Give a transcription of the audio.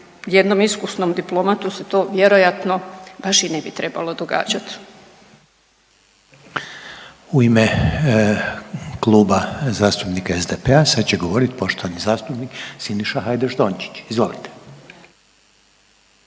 jednom iskusnom diplomatu se to vjerojatno baš i ne bi trebalo događati. **Reiner, Željko (HDZ)** U ime Kluba zastupnika SDP-a sad će govorit poštovani zastupnik Siniša Hajdaš Dončić. Izvolite.